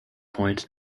point